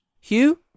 Hugh